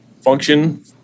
function